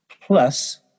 plus